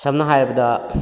ꯁꯝꯅ ꯍꯥꯏꯔꯕꯗ